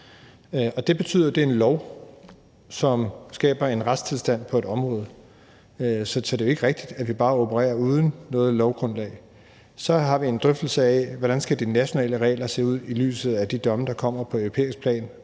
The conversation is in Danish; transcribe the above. det betyder jo, at det er en lov, som skaber en retstilstand på et område. Så det er jo ikke rigtigt, at vi bare opererer uden noget lovgrundlag. Så har vi en drøftelse af, hvordan de nationale regler skal se ud i lyset af de domme, der kommer på europæisk plan,